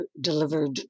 delivered